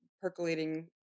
percolating